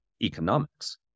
economics